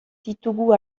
ditugu